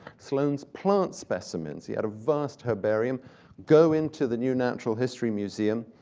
sloane's plant specimens he had a vast herbarium go into the new natural history museum,